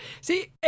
See